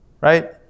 right